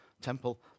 Temple